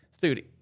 dude